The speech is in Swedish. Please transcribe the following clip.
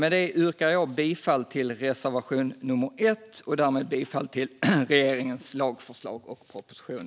Jag yrkar bifall till reservation nummer 1 och därmed till regeringens proposition.